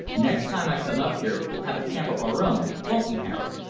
next time i come up here we'll have a camp of our own, won't we, harry?